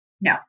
No